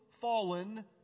fallen